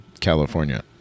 California